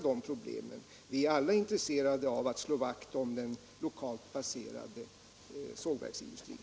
Av regionalpolitiska skäl är det angeläget att slå vakt om den lokalt placerade sågverksindustrin.